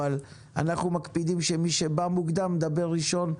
אבל אנחנו מקפידים שמי שבא מוקדם מדבר ראשון,